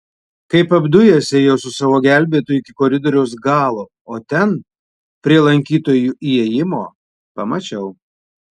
kaip apdujęs ėjau su savo gelbėtoju iki koridoriaus galo o ten prie lankytojų įėjimo pamačiau